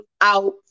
out